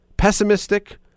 pessimistic